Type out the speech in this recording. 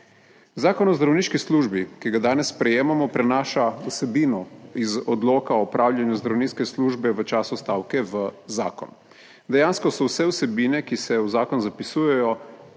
Zakon o zdravniški službi, ki ga danes sprejemamo, prinaša vsebino iz odloka o opravljanju zdravniške službe v času stavke v zakon. Dejansko so vse vsebine, ki se v zakon zapisujejo,